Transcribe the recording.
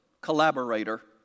collaborator